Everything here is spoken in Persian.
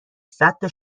صدتا